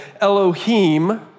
Elohim